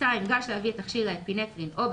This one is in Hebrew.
(2)גש להביא את תכשיר האפינפרין או,